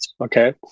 okay